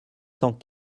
cent